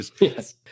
Yes